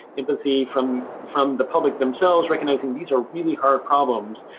empathy from from the public themselves, recognizing these are really hard problems,